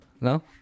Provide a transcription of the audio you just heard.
No